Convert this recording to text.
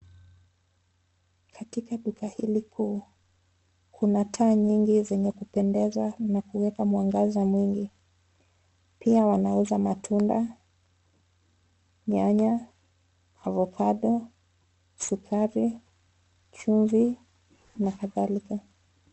Katika duka hili kuu, kuna taa nyingi zenye kupendeza na kuweka mwangaza mwingi. Pia wanauza matunda, nyanya, avokado, sukari , chumvi na kadhalika.